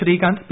Srikanth P